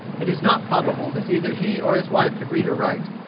it is not probable that either he or his wife could read or write.